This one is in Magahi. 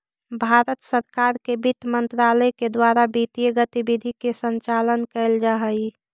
भारत सरकार के वित्त मंत्रालय के द्वारा वित्तीय गतिविधि के संचालन कैल जा हइ